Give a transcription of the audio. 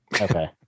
Okay